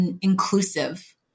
inclusive